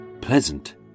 pleasant